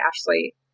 Ashley